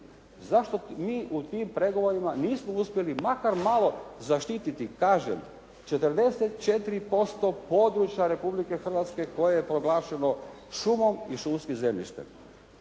Zašto mi u tim pregovorima nismo uspjeli makar malo zaštititi kažem 44% područja Republike Hrvatske koje je proglašeno šumom i šumskim zemljištem.